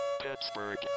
Pittsburgh